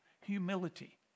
humility